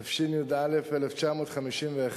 התשי"א 1951,